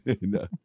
No